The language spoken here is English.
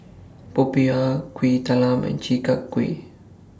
Popiah Kuih Talam and Chi Kak Kuih